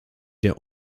der